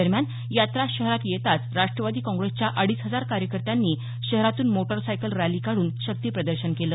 दरम्यान यात्रा शहरात येताच राष्टवादी काँगेसच्या अडीच हजार कार्यकर्त्यांनी शहरातून मोटारसायकल रॅली काढून शक्ती प्रदर्शन केलं